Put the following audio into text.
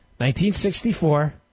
1964